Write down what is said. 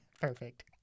perfect